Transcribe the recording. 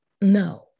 No